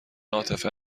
عاطفه